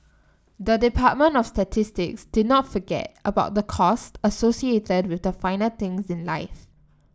the Department of Statistics did not forget about the costs associated with the finer things in life